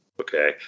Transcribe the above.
Okay